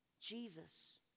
Jesus